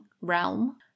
realm